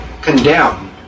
condemn